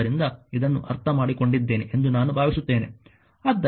ಆದ್ದರಿಂದ ಇದನ್ನು ಅರ್ಥಮಾಡಿಕೊಂಡಿದ್ದೇನೆ ಎಂದು ನಾನು ಭಾವಿಸುತ್ತೇನೆ